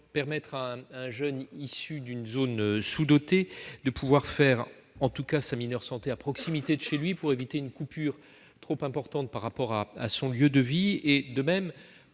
permettre à un jeune issu d'une zone sous-dotée de faire au moins sa « mineure santé » à proximité de chez lui pour éviter une coupure trop importante par rapport à son lieu de vie. Nous